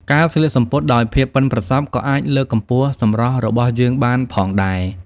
ការស្លៀកសំពត់ដោយភាពប៉ិនប្រសប់ក៏អាចលើកកម្ពស់សម្រស់របស់យើងបានផងដែរ។